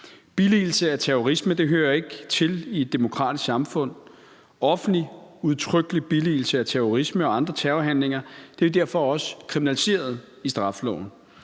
Billigelse af terrorisme hører ikke til i et demokratisk samfund. Offentlig udtrykkelig billigelse af terrorisme og andre terrorhandlinger er derfor også kriminaliseret i straffeloven.